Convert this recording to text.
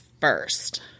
first